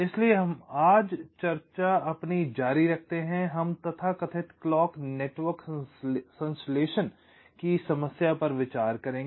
इसलिए हम आज अपनी चर्चा जारी रखते हैं हम तथाकथित क्लॉक नेटवर्क संश्लेषण की समस्या पर विचार करेंगे